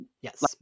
yes